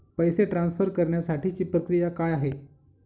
पैसे ट्रान्सफर करण्यासाठीची प्रक्रिया काय आहे?